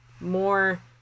more